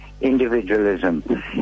individualism